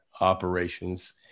operations